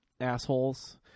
assholes